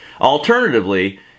Alternatively